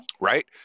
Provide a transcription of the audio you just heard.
Right